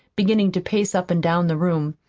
beginning to pace up and down the room.